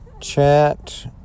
chat